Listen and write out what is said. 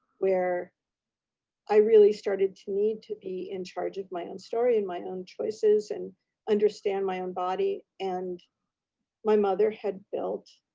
where i really started to need to be in charge of my own story, and my own choices, and understand my own body. and my mother had built